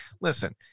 listen